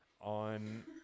on